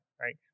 right